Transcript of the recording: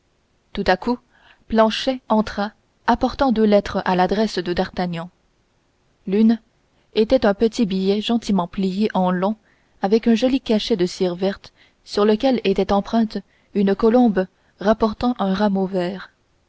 tout à coup planchet entra apportant deux lettres à l'adresse de d'artagnan l'une était un petit billet gentiment plié en long avec un joli cachet de cire verte sur lequel était empreinte une colombe rapportant un rameau vert